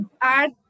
add